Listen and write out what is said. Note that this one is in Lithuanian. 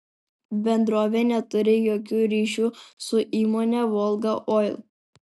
bendrovė neturi jokių ryšių su įmone volga oil